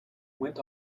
went